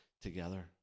together